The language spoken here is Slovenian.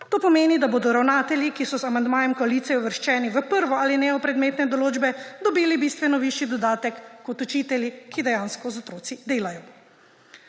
To pomeni, da bodo ravnatelji, ki so z amandmajem koalicije uvrščeni v prvo alinejo predmetne določbe, dobili bistveno višji dodatek kot učitelji, ki dejansko z otroki delajo.